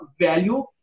value